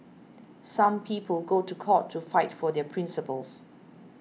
some people go to court to fight for their principles